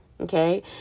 okay